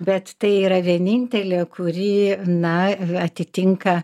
bet tai yra vienintelė kuri na atitinka